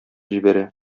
җибәрә